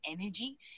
energy